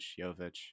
Jovic